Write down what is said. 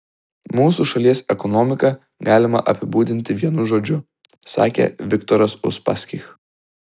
mūsų šalies ekonomiką galima apibūdinti vienu žodžiu sakė viktoras uspaskich